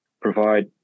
provide